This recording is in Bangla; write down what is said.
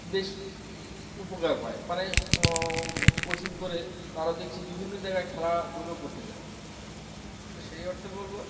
বেশ উপকার পায় মানে কোচিং করে তারা দেখছি বিভিন্ন জায়গায় খেলাধুলো করতে যায় তো সেই অর্থে বলবো